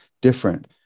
different